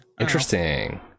interesting